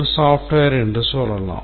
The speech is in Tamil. ஒரு software என்று சொல்லலாம்